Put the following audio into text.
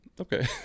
okay